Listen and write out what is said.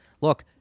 look